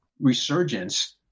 resurgence